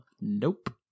Nope